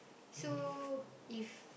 so if